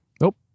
Nope